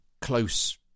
close